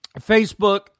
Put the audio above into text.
Facebook